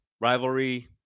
rivalry